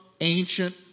ancient